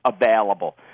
available